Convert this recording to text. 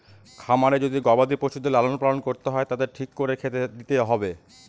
খামারে যদি গবাদি পশুদের লালন পালন করতে হয় তাদের ঠিক করে খেতে দিতে হবে